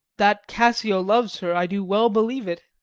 that cassio loves her, i do well believe it